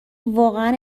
واقعا